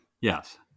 Yes